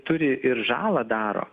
turi ir žalą daro